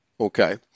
okay